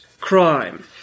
crime